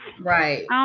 right